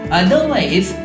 otherwise